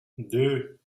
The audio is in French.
deux